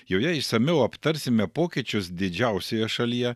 joje išsamiau aptarsime pokyčius didžiausioje šalyje